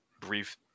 brief